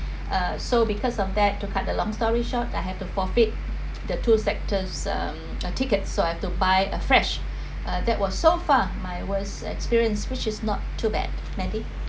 uh so because of that to cut the long story short I have to forfeit the two sectors um tickets so I have to buy a fresh uh that was so far my worse experience which is not too bad mandy